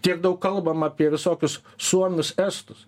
tiek daug kalbam apie visokius suomius estus